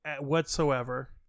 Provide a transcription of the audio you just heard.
Whatsoever